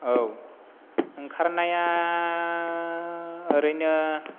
औ ओंखारनाया ओरैनो